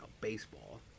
baseball